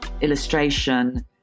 illustration